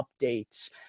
updates